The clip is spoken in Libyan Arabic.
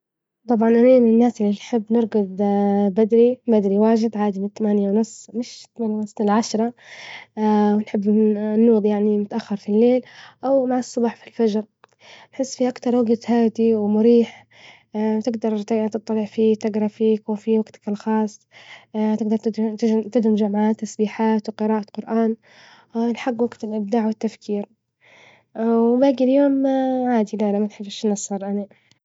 طبعا أني من الناس اللي نحب نرجد بدري، بدري واجد عادي من ثمانية ونص مش ثمانية ونص لعشرة ونحب النهوض يعني متأخر في الليل أو مع الصبح في الفجر، بحس فيه أكتر وجت هادي ومريح تجدر ت تطلع فيه تجرأ فيه يكون فيه وجتك الخاص تجدر تج تدمج معاه تسبيحات وقراءة قرآن، هو بالحج وجت الإبداع والتفكير وباقي اليوم عادي لا لا منحبش